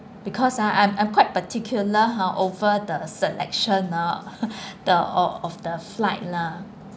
because ah I'm I'm quite particular ha over the selection ah the of of the flight lah